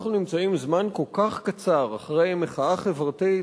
אנחנו נמצאים זמן כל כך קצר אחרי מחאה חברתית